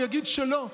הוא יגיד שלא,